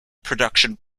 production